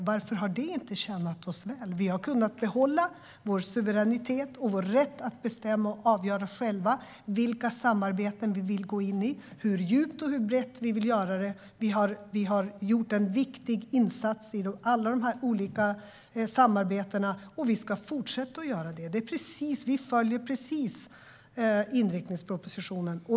Varför skulle inte det ha tjänat oss väl? Vi har kunnat behålla vår suveränitet och vår rätt att bestämma och avgöra själva vilka samarbeten vi vill gå in i samt hur djupt och hur brett vi vill göra det. Vi har gjort en viktig insats i alla de här olika samarbetena och ska fortsätta att göra det. Vi följer precis inriktningspropositionen.